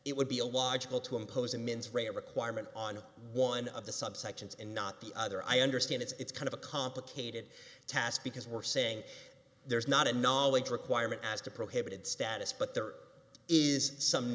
it would be a logical to impose a men's rate requirement on one of the subsections and not the other i understand it's kind of a complicated task because we're saying there's not a knowledge requirement as to prohibited status but there is some